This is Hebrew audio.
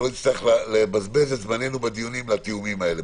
שלא נצטרך לבזבז את זמננו בדיונים לתיאומים האלה,